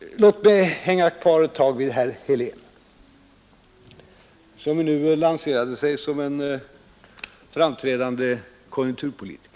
Men låt mig återvända till herr Helén, som här lanserade sig som en framträdande konjunkturpolitiker.